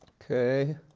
okay